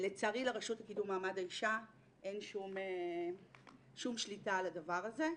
לצערי לרשות לקידום מעמד האישה אין שום שליטה על הדבר הזה.